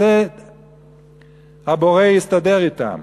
על זה הבורא יסתדר אתם,